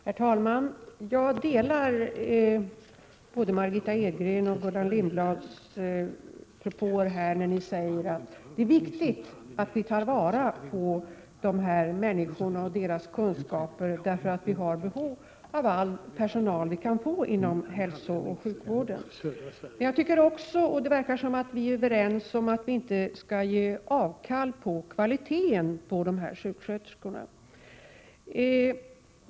Herr talman! Jag delar både Margitta Edgrens och Gullan Lindblads åsikter att det är viktigt att vi tar vara på dessa människor och deras kunskaper, därför att vi har behov av all personal vi kan få inom hälsooch sjukvården. Det verkar också som om vi är överens om att vi inte skall göra avkall på kvaliteten på dessa sjuksköterskor.